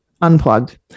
Unplugged